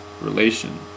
relation